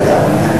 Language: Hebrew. אתה יודע.